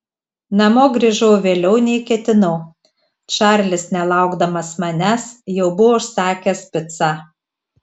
namo grįžau vėliau nei ketinau čarlis nelaukdamas manęs jau buvo užsakęs picą